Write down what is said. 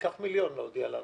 קח רק מיליון להודעה.